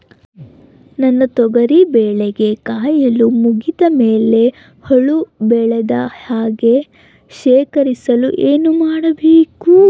ನನ್ನ ತೊಗರಿ ಬೆಳೆಗೆ ಕೊಯ್ಲು ಮುಗಿದ ಮೇಲೆ ಹುಳು ಬೇಳದ ಹಾಗೆ ಶೇಖರಿಸಲು ಏನು ಮಾಡಬೇಕು?